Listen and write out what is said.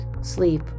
sleep